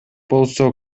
болсо